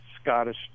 Scottish